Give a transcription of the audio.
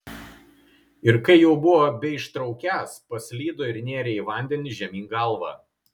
ir kai jau buvo beištraukiąs paslydo ir nėrė į vandenį žemyn galva